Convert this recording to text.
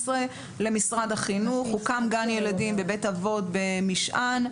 למשרד החינוך והוקם גן ילדים בבית אבות "משען".